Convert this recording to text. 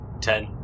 Ten